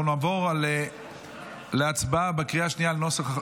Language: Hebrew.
אנחנו נעבור להצבעה על החוק,